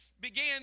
began